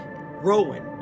Rowan